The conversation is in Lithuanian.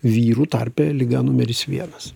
vyrų tarpe liga numeris vienas